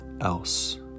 else